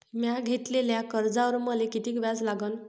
म्या घेतलेल्या कर्जावर मले किती व्याज लागन?